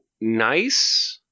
nice